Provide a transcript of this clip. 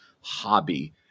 hobby